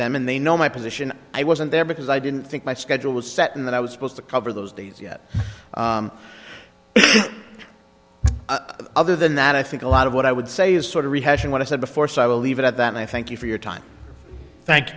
them and they know my position i wasn't there because i didn't think my schedule was set in that i was supposed to cover those days yet other than that i think a lot of what i would say is sort of rehashing what i said before so i will leave it at that and i thank you for your time thank you